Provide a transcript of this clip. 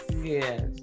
Yes